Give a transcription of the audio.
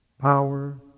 Power